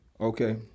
Okay